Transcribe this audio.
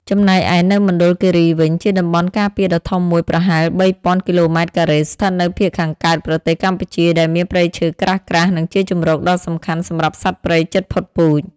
ចំណែកឯនៅមណ្ឌលគិរីវិញ ជាតំបន់ការពារដ៏ធំមួយ ប្រហែល ៣,០០០ គីឡូម៉ែត្រការ៉េ ស្ថិតនៅភាគខាងកើតប្រទេសកម្ពុជា ដែលមានព្រៃឈើក្រាស់ៗ និងជាជម្រកដ៏សំខាន់សម្រាប់សត្វព្រៃជិតផុតពូជ។